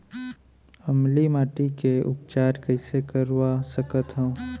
अम्लीय माटी के उपचार कइसे करवा सकत हव?